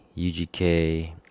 UGK